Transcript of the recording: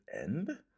end